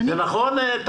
זה נכון?